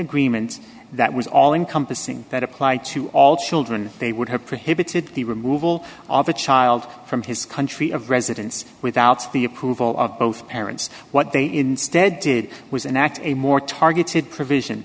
agreement that was all encompassing that applied to all children they would have precipitated the removal of a child from his country of residence without the approval of both parents what they instead did was an act a more targeted provision